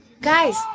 guys